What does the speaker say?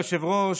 תודה רבה.